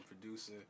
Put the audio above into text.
producer